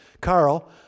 Carl